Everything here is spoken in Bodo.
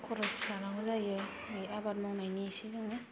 खरस लानांगौ जायो आबाद मावनायनि इसेजोंनो